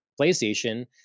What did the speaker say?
PlayStation